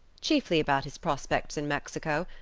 chiefly about his prospects in mexico,